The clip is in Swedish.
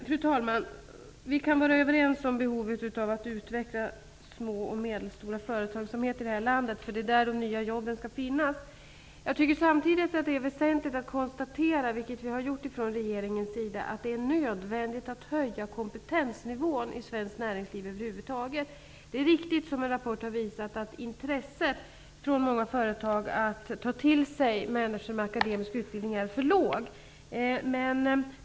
Fru talman! Vi kan vara överens om behovet av att utveckla små och medelstora företag i landet. Det är där de nya jobben skall finnas. Samtidigt är det väsentligt att konstatera att det är nödvändigt att höja kompetensnivån i svenskt näringsliv över huvud taget. Det har vi också gjort från regeringens sida. Det är riktigt, som en rapport har visat, att intresset hos många företag för att ta till sig människor med akademisk utbildning är för lågt.